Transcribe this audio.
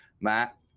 Matt